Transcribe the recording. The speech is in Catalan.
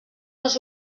les